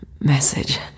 message